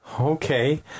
Okay